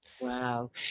Wow